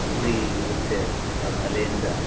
ರೂಢಿ ಇರುತ್ತೆ ಆ ಕಲೆಯಿಂದ